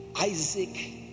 Isaac